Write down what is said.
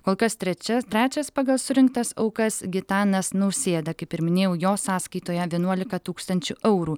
kol kas trečia trečias pagal surinktas aukas gitanas nausėda kaip ir minėjau jo sąskaitoje vienuolika tūkstančių eurų